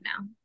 now